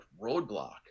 roadblock